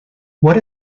what